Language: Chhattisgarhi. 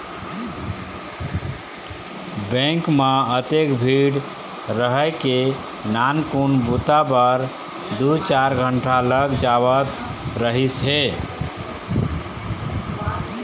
बेंक म अतेक भीड़ रहय के नानकुन बूता बर दू चार घंटा लग जावत रहिस हे